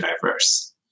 diverse